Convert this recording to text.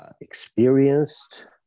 Experienced